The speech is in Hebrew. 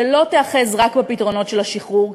שלא תיאחז רק בפתרונות של השחרור,